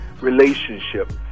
relationship